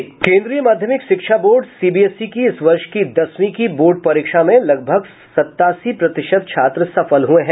केन्द्रीय माध्यमिक शिक्षा बोर्ड सीबीएसई इस वर्ष की दसवीं की बोर्ड परीक्षा में लगभग सतासी प्रतिशत छात्र सफल हुए हैं